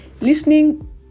Listening